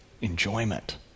enjoyment